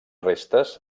restes